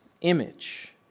image